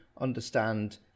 understand